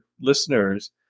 listeners